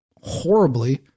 horribly